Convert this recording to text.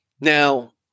Now